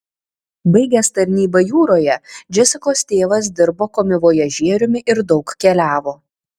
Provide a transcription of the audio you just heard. baigęs tarnybą jūroje džesikos tėvas dirbo komivojažieriumi ir daug keliavo